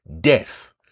death